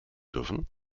dürfen